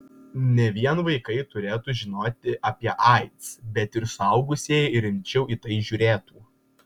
ne vien vaikai turėtų žinoti apie aids bet ir suaugusieji rimčiau į tai žiūrėtų